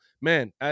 Man